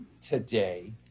today